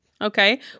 Okay